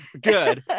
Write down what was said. good